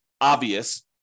obvious